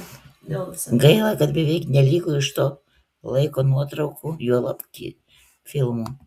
gaila kad beveik neliko iš to laiko nuotraukų juolab filmų